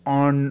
on